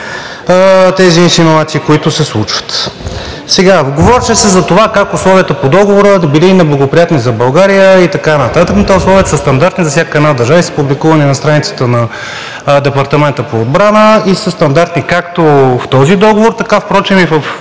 тези инсинуации, които се случват. Говореше се за това как условията по Договора били неблагоприятни за България и така нататък. Условията са стандартни за всяка една държава и са публикувани на страницата на Департамента по отбрана и са стандартни както в този договор, така и в